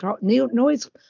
noise